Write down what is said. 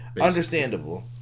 Understandable